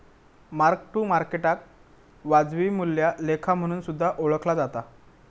mark to मार्केटाक वाजवी मूल्या लेखा म्हणून सुद्धा ओळखला जाता